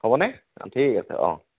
হ'বনে ঠিক আছে অঁ